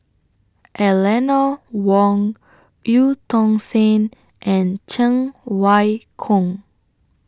Eleanor Wong EU Tong Sen and Cheng Wai Keung